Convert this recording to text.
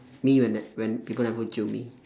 me when the when people never jio me